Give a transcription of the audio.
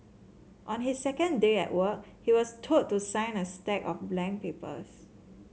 on his second day at work he was told to sign a stack of blank papers